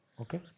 Okay